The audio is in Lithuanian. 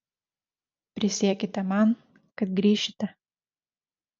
prisiekite man kad grįšite